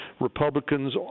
Republicans